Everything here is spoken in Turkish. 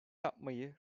yapmayı